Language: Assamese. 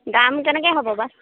দাম কেনেকৈ হ'ব বা